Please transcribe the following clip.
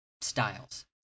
styles